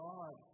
God